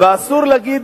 ואסור להגיד,